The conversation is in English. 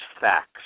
facts